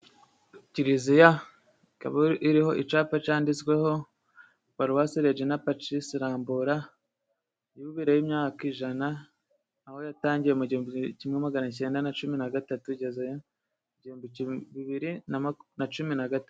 Kiliziya ikaba iriho icapa canditsweho paruwasi regina pacisi rambura. Yubile y'imyaka ijana aho yatangiye mu gihumbi kimwe magana cyenda na cumi na gatatu. Igeze bibiri na cumi na gatatu.